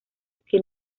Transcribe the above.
que